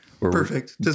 Perfect